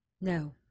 No